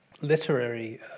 literary